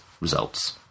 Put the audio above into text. results